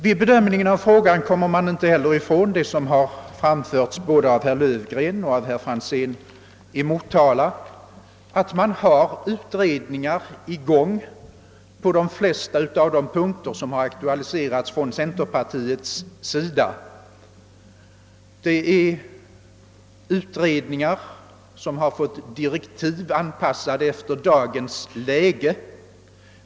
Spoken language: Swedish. Vid bedömningen av denna fråga måste också beaktas — det har framhållits både av herr Löfgren och av herr Franzén i Motala — att utredningar pågår beträffande de flesta punkter som har aktualiserats av centerpartiet, utredningar som har fått sina direktiv anpassade efter dagens läge.